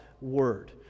Word